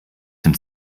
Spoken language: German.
dem